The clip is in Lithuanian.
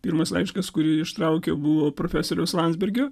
pirmas laiškas kurį ištraukiau buvo profesoriaus landsbergio